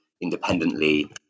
independently